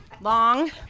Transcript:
Long